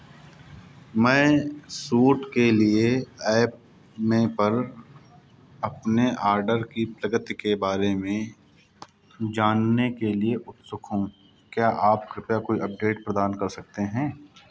मैं सूट के लिए एप में पर अपने ऑर्डर की प्रगति के बारे में जानने के लिए उत्सुक हूँ क्या आप कृपया कोई अपडेट प्रदान कर सकते हैं